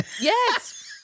Yes